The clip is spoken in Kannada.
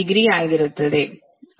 87° ಆಗಿರುತ್ತದೆ